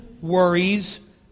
worries